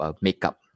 makeup